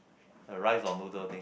the rice or noodle thing